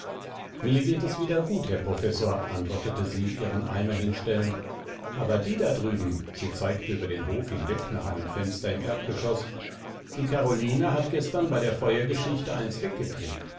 mir geht es wieder gut herr professor antwortete sie ihren eimer hinstellend aber die da drüben sie zeigte über den hof hinweg nach einem fenster im erdgeschoß die karoline hat gestern bei der feuergeschichte eins weggekriegt